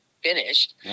finished